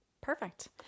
Perfect